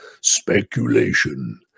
speculation